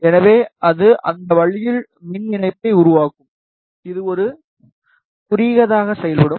எனவே அது அந்த வழியில் மின் இணைப்பை உருவாக்கும் இது ஒரு குறுகியதாக செயல்படும்